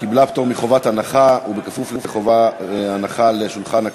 קיבלה פטור מחובת הנחה ובכפוף לחובת הנחה על שולחן הכנסת.